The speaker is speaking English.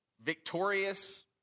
victorious